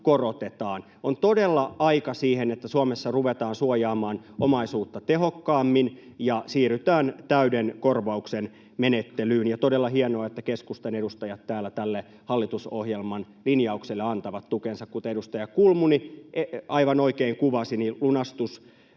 On todella aika siihen, että Suomessa ruvetaan suojaamaan omaisuutta tehokkaammin ja siirrytään täyden korvauksen menettelyyn. Ja on todella hienoa, että keskustan edustajat täällä tälle hallitusohjelman linjaukselle antavat tukensa. Kuten edustaja Kulmuni aivan oikein kuvasi, niin